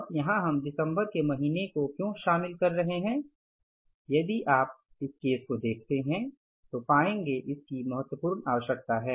अब यहाँ हम दिसंबर के महीने को क्यों शामिल कर रहे हैं यदि आप इस केस को देखते हैं तो पाएंगे इसकी महत्वपूर्ण आवश्यकता है